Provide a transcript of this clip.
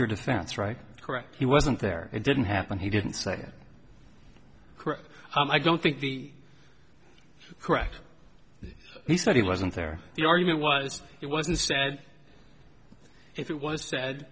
your defense right correct he wasn't there it didn't happen he didn't say correct i don't think the correct he said he wasn't there the argument was it wasn't said it was